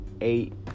eight